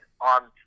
on